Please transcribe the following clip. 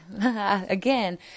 again